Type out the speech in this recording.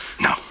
No